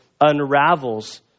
unravels